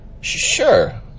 Sure